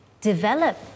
develop